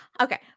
okay